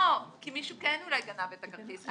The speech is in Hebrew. לא, כי מישהו אולי כן גנב את הכרטיס.